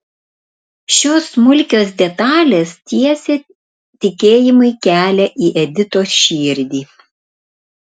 šios smulkios detalės tiesė tikėjimui kelią į editos širdį